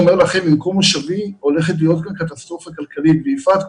ממקום מושבי אני אומר לכם שהושלכת להיות כאן קטסטרופה כלכלית ויפעת,